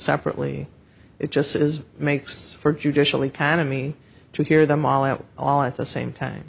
separately it just is makes for judicial economy to hear them all out all at the same time